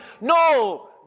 No